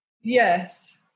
Yes